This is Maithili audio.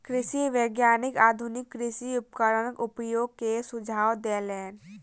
कृषि वैज्ञानिक आधुनिक कृषि उपकरणक उपयोग के सुझाव देलैन